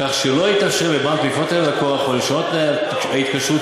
כך שלא יתאפשר לבנק לפנות אל הלקוח או לשנות את תנאי ההתקשרות